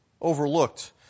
overlooked